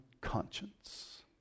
conscience